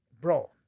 bro